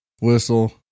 whistle